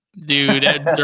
Dude